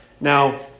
Now